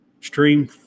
stream